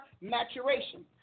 maturation